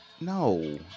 no